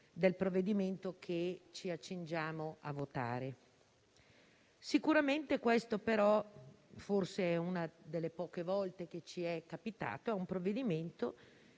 del provvedimento che ci accingiamo a votare. Sicuramente questa è una delle poche volte in cui ci è capitato un provvedimento